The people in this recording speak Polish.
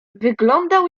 wyglądał